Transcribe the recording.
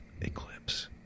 eclipse